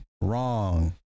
wrong